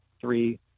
three